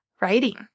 writing